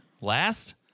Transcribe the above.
Last